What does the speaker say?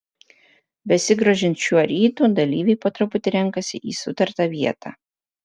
besigrožint šiuo rytu dalyviai po truputį renkasi į sutartą vietą